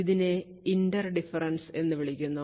ഇതിനെ inter difference എന്ന് വിളിക്കുന്നു